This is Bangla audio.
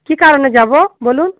কী কারণে যাবো বলুন